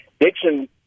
Dixon